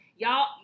Y'all